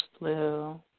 blue